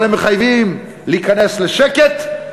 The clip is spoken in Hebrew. אבל הם מחייבים להיכנס לשקט,